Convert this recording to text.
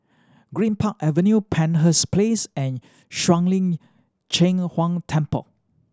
Greenpark Avenue Penshurst Place and Shuang Lin Cheng Huang Temple